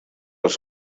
els